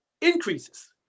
increases